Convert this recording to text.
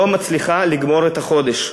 לא מצליחה לגמור את החודש,